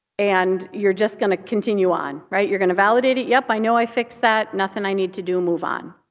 and you're just going to continue on, right. you're going to validate it. yep, i know i fixed that. nothing i need to do, move on.